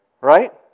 Right